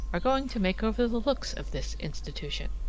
are going to make over the looks of this institution.